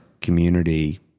community